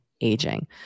aging